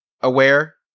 aware